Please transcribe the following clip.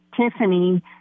Tiffany